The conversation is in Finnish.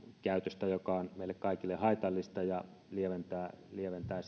käytöstä joka on meille kaikille haitallista ja lieventää lieventää